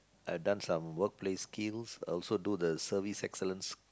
I've done some workplace skills also do the service excellence